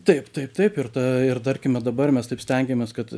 taip taip taip ir ta ir tarkime dabar mes taip stengiamės kad